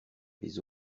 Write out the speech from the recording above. les